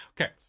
Okay